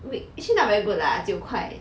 we actually not very good lah 就九块 kuai